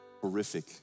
horrific